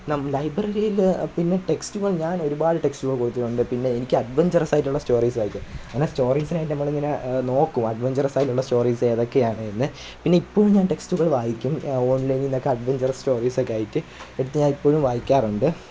നം ലൈബ്രറിയിൽ പിന്നെ ടെക്സ്റ്റ്മൻ ഞാനൊരുപാട് ടെക്സ്റ്റുകള് കൊടുത്തിട്ടുണ്ട് പിന്നെ എനിക്ക് അഡ്വെൻച്ചറസ്സായിട്ടുള്ള സ്റ്റോറീസ് വായിക്കാന് അങ്ങനെ സ്റ്റോറീസിനായിട്ട് നമ്മളിങ്ങനെ നോക്കും അഡ്വെന്ച്ചറസ്സായിട്ടുള്ള സ്റ്റോറീസ് ഏതൊക്കെയാണ് എന്ന് പിന്നെ ഇപ്പോഴും ഞാന് ടെക്സ്റ്റുകൾ വായിക്കും ഓണ്ലൈനിൽ നിന്നൊക്കെ അഡ്വെന്ച്ചറസ് സ്റ്റോറീസൊക്കെ ആയിട്ട് എടുത്തു ഞാനിപ്പോഴും വായിക്കാറുണ്ട്